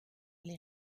les